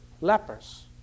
lepers